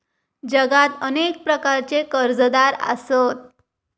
जगात अनेक प्रकारचे कर्जदार आसत